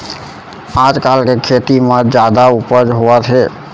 आजकाल के खेती म जादा उपज होवत हे